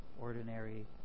ordinary